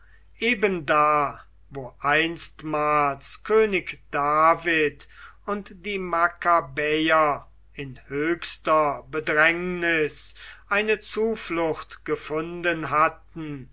da wo einstmals könig david und die makkabäer in höchster bedrängnis eine zuflucht gefunden hatten